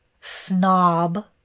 snob